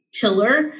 pillar